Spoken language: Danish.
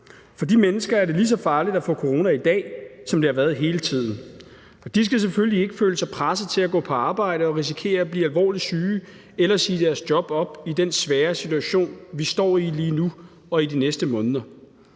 For de mennesker er det lige så farligt at få corona i dag, som det har været hele tiden. De skal selvfølgelig ikke føle sig presset til at gå på arbejde og risikere at blive alvorligt syge eller sige deres job op i den svære situation, vi står i lige nu og i de næste måneder.